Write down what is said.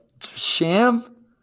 Sham